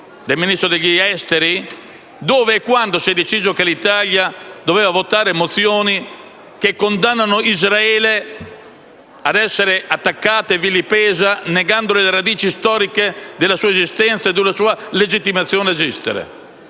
Del Ministro degli affari esteri? Dove e quando si è deciso che l'Italia doveva votare mozioni che condannano Israele a essere attaccata e vilipesa negando le radici storiche della sua esistenza e della sua legittimazione ad esistere?